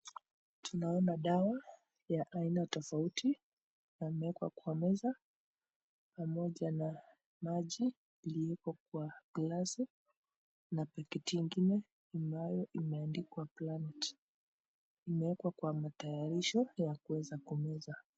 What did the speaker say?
Tunaona dawa ya aina tofauti yameekwa kwa meza pamoja na maji iliyooko kwa glasi na paketi ingine ambayo imeandikwa plant, imewekwa kwa matayarisho ya kuweza kumeza.